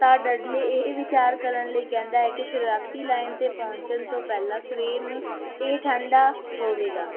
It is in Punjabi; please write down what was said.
ਤਾਂ ਡਡਲੇ ਇਹ ਵਿਚਾਰ ਕਰਨ ਲਈ ਕਹਿੰਦਾ ਹੈ ਕਿ ਸ਼ੁਰੂਆਤੀ ਲਾਈਨ 'ਤੇ ਪਹੁੰਚਣ ਤੋਂ ਪਹਿਲਾਂ ਸਵੇਰ ਨੂੰ ਇਹ ਠੰਢਾ ਹੋਵੇਗਾ